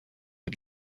این